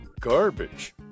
garbage